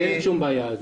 בלי שום בעיה.